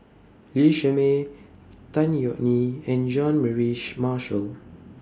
Lee Shermay Tan Yeok Nee and Jean Mary Marshall